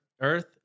earth